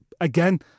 again